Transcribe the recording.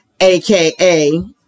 AKA